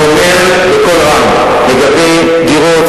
אני אומר בקול רם: לגבי דירות,